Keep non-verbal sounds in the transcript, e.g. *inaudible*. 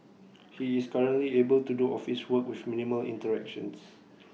*noise* he is currently able to do office work with minimal interactions